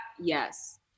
Yes